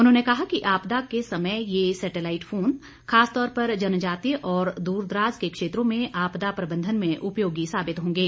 उन्होंने कहा कि आपदा के समय ये सैटेलाईट फोन खासतौर जनजातीय और दूरदराज के क्षेत्रों में आपदा प्रबंधन में उपयोगी साबित होंगे